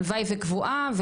הלוואי וקבועה.